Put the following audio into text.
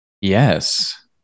yes